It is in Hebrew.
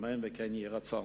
אמן וכן יהי רצון.